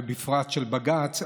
ובפרט של בג"ץ,